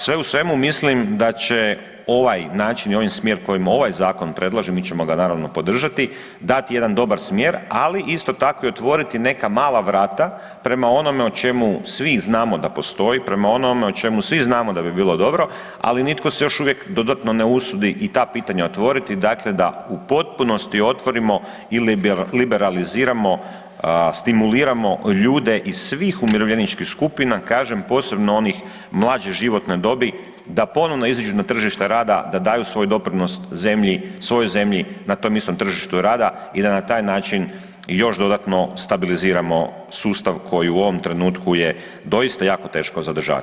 Sve u svemu mislim da će ovaj način i ovaj smjer koji ovaj zakon predlaže, mi ćemo ga naravno podržati, dati jedan dobar smjer, ali isto tako i otvoriti neka mala vrata prema onome o čemu svi znamo da postoji, prema onom o čemu svi znamo da bi bilo dobro, ali nitko se još uvijek dodatno ne usudi i ta pitanja otvoriti, dakle da u potpunosti otvorimo i liberaliziramo, stimuliramo ljude iz svih umirovljeničkih skupina, kažem posebno onih mlađe životne dobi da ponovno izađu na tržište rada, da daju svoj doprinos zemlji, svojoj zemlji na tom istom tržištu rada i da na taj način još dodatno stabiliziramo sustav koji u ovom trenutku je doista jako teško za održavati.